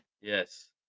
Yes